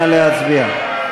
נא להצביע.